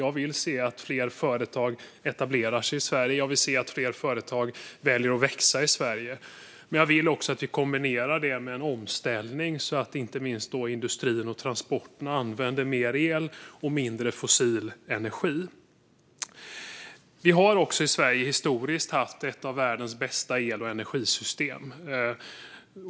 Jag vill se att fler företag etablerar sig i Sverige och att fler företag väljer att växa i Sverige. Men jag vill också att vi kombinerar det med en omställning så att inte minst industrin och transportsektorn använder mer el och mindre fossil energi. Historiskt har Sverige haft ett av världens bästa el och energisystem.